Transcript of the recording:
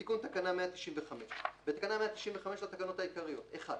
תיקון תקנה 195 בתקנה 195 לתקנות העיקריות - (1)